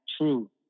True